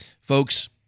Folks